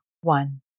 one